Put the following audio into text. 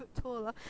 taller